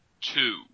two